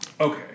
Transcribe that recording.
Okay